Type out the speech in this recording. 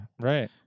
Right